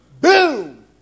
boom